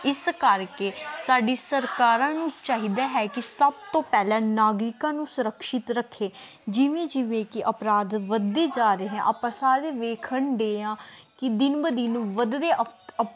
ਇਸ ਕਰਕੇ ਸਾਡੀ ਸਰਕਾਰਾਂ ਨੂੰ ਚਾਹੀਦਾ ਹੈ ਕਿ ਸਭ ਤੋਂ ਪਹਿਲਾਂ ਨਾਗਰਿਕਾਂ ਨੂੰ ਸੁਰਕਸ਼ਿਤ ਰੱਖੇ ਜਿਵੇਂ ਜਿਵੇਂ ਕਿ ਅਪਰਾਧ ਵਧਦੇ ਜਾ ਰਹੇ ਆ ਆਪਾਂ ਸਾਰੇ ਵੇਖਣ ਡੇ ਹਾਂ ਕਿ ਦਿਨ ਬ ਦਿਨ ਵਧਦੇ ਅਪ ਅਪ